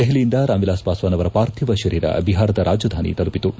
ದೆಪಲಿಯಿಂದ ರಾಮ್ ಎಲಾಸ್ ಪಾಸ್ತಾನ್ ಅವರ ಪಾರ್ಥಿವ ಶುೀರ ಬಿಹಾರದ ರಾಜಧಾನಿ ತಲುಪಿತು